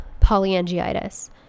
polyangiitis